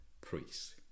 priests